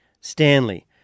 Stanley